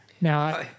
Now